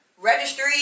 registry